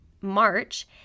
March